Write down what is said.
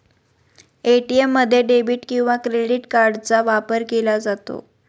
ATM मध्ये debit किंवा credit कार्डचा वापर केला जातो